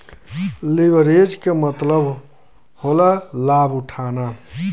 leverage के मतलब होला लाभ उठाना